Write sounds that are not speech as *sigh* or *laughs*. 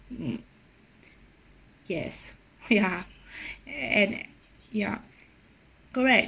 mm yes ya *laughs* *breath* and ya correct